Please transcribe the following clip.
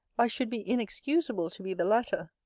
i should be inexcusable to be the latter.